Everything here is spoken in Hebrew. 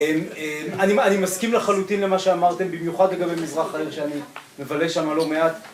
אני מסכים לחלוטין למה שאמרתם, במיוחד לגבי מזרח העיר שאני מבלה שם לא מעט